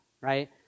Right